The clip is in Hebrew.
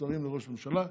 השרים לראש הממשלה.